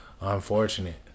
unfortunate